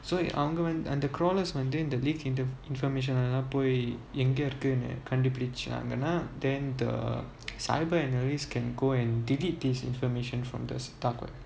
so அவங்கவந்து:avanga vanthu and the crawlers வந்துஇந்த:vanthu intha the leak in the information லாம்பொய்எங்கஇருக்குனுகண்டுபிடிச்சாங்கன்னா: lam poi enga irukunukandu pudichanganna then the cyber analysts can go and delete this information from the dark web